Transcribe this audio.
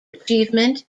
achievement